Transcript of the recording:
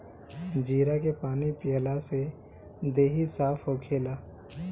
जीरा के पानी पियला से देहि साफ़ होखेला